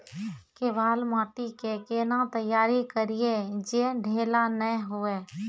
केवाल माटी के कैना तैयारी करिए जे ढेला नैय हुए?